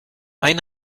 ein